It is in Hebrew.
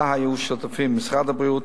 ובה היו שותפים משרד הבריאות,